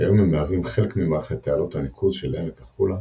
כיום הם מהווים חלק ממערכת תעלות הניקוז של עמק החולה,